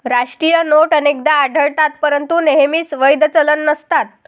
राष्ट्रीय नोट अनेकदा आढळतात परंतु नेहमीच वैध चलन नसतात